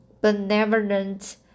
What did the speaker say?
benevolent